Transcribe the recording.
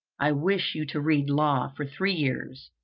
i wish you to read law for three years,